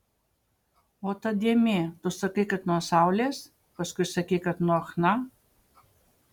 o ta dėmė tu sakai kad nuo saulės paskui sakei kad nuo chna